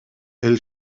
elle